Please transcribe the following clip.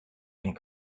and